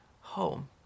home